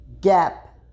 Gap